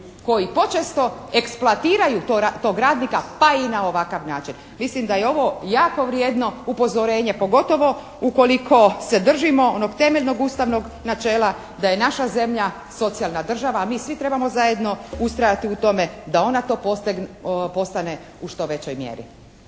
koji počesto eksploatiraju tog radnika pa i na ovakav način. Mislim da je ovo jako vrijedno upozorenje pogotovo ukoliko se držimo onog temeljnog ustavnog načela da je naša zemlja socijalna država a mi svi trebamo zajedno ustrajati u tome da ona to postane u što većoj mjeri.